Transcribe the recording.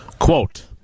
Quote